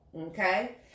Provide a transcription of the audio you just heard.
Okay